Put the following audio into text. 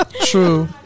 True